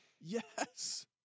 Yes